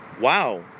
Wow